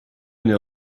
une